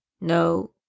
no